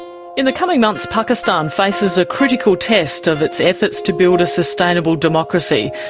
in the coming months pakistan faces a critical test of its efforts to build a sustainable democracy.